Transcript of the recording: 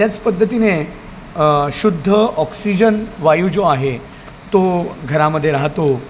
त्याच पद्धतीने शुद्ध ऑक्सिजन वायु जो आहे तो घरामध्ये राहतो